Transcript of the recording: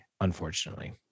Unfortunately